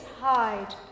hide